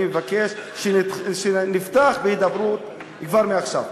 אני מבקש שנפתח בהידברות כבר מעכשיו.